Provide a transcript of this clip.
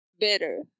Better